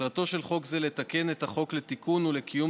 מטרתו של חוק זה לתקן את החוק לתיקון ולקיום